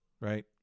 right